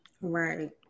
Right